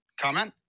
comment